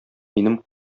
минем